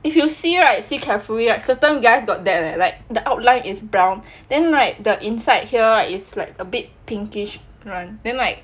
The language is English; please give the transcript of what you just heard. if you see right see carefully right certain guys got that leh like the outline is brown then right the inside here is like a bit pinkish [one] then like